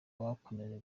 bakomeje